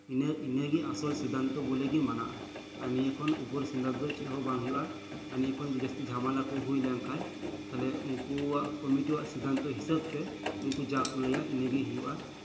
ᱤᱱᱟᱹᱜᱮ ᱟᱥᱚᱞ ᱥᱤᱫᱽᱫᱷᱟᱱᱛᱚ ᱵᱚᱞᱮᱜᱮ ᱢᱟᱱᱟᱜᱼᱟ ᱱᱤᱭᱟᱹ ᱠᱷᱚᱱ ᱩᱯᱚᱨ ᱥᱤᱧᱚᱛ ᱫᱚ ᱪᱮᱫᱦᱚᱸ ᱵᱟᱝ ᱦᱳᱭᱳᱜᱼᱟ ᱱᱤᱭᱟᱹ ᱠᱷᱚᱱ ᱟᱹᱰᱤ ᱡᱟᱹᱥᱛᱤ ᱡᱷᱟᱢᱮᱞᱟ ᱠᱚ ᱦᱳᱭ ᱞᱮᱱᱠᱷᱟᱱ ᱛᱟᱦᱚᱞᱮ ᱩᱱᱠᱩᱣᱟᱜ ᱠᱚᱢᱤᱴᱤ ᱭᱟᱜ ᱥᱤᱫᱽᱫᱷᱟᱱᱛᱚ ᱦᱤᱥᱟᱹᱵᱽᱛᱮ ᱩᱱᱠᱩ ᱡᱟᱦᱟᱸᱠᱚ ᱞᱟᱹᱭᱟ ᱚᱱᱟᱜᱮ ᱦᱳᱭᱳᱜᱼᱟ